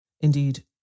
indeed